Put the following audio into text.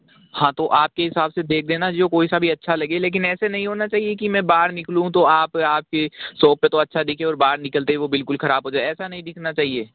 हाँ तो आपके हिसाब से देख देना जो कोई सा भी अच्छा लगे लेकिन ऐसे नहीं होना चाहिए कि मैं बाहर निकलूँ तो आप आपके शॉप पे तो अच्छा दिखे और बाहर निकलते ही बिलकुल खराब हो जाए ऐसा नहीं दिखना चाहिए